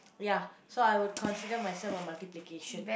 ya so I would consider myself a multiplication